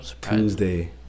Tuesday